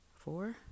four